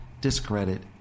discredit